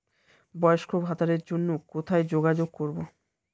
বয়স্ক ভাতার জন্য কোথায় যোগাযোগ করব?